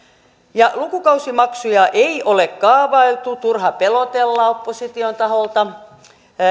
lukukausimaksuja ei ole kaavailtu turha pelotella opposition taholta